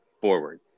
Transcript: forward